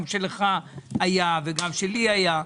גם כשלך היה וגם כשלי היה,